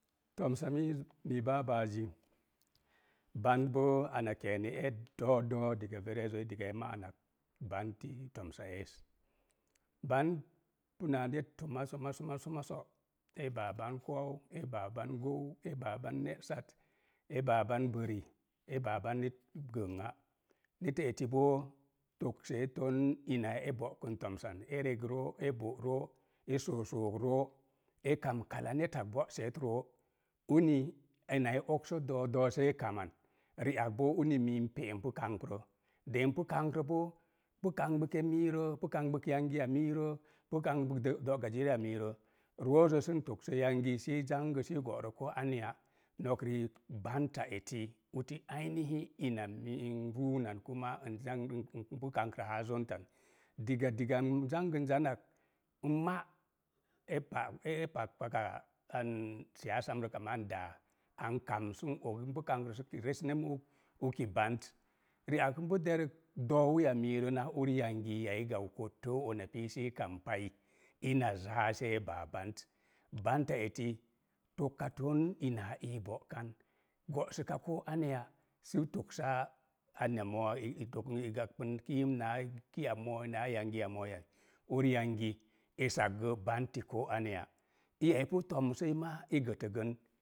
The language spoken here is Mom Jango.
Toomsa miis, mii baabaazi, bant boo ana keenee ee doo doo diga rerezoi diga e ma'anak, bant ti toomsa ees. Bant, puna neet tumma sama soma soma so'. E baa ban koou, baa bam gou e baa ban ne'sat, e baaban bəri, e baa ban net gənga. Neta eti boo, togseeton ina e bo'kən toomsan, e reg roo, e bo'roo, e soo sook roo, e kam neta go'seet roo, uni ina e okso do̱o̱ doo see kaman. Ri'ak boo uni mii pe'na kambrə. De npu kambrə boo, pu kan, gbuke miirə, pu kangbuk yangiya miirə, pu kangbuk do'ga ziriya miirə. Roo zə sən toksə yangi sii zangə sii go'rə ko anya. Nok rii, banta eti uti ina miin n ruunan npu kankrə haa. Diga diga n zangən zannak, n ma’ e pah e paka an siyasam rək amaa n daá, an kam sən og npu kambrə sə resne mu'uk, uki bant. Ri'ak npu derək dōōwi a miirə naa uri yangi a i gau kotto una pii sii kampai, ina zaa see baa bant. Banta eti tokaton ina a ii bo'kan, go'suka ko aneya, sə toksa ana moo̱ i toka, i gaɓɓən kiim naa ki'a mooi, naa yangi ya mooi yan. Uriyangi esakggə, banti ko aneya. Iya ipu toomsəi, maa i gətəgən